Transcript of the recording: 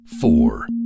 four